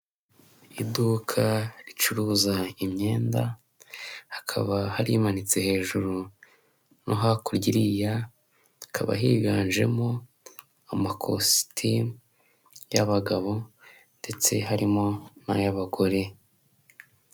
Iduka ricuruza imyenda, hakaba hari imanitse hejuru no hakurya iriya, hakaba higanjemo amakositimu y'abagabo, ndetse harimo n'ay'abagore.